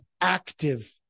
active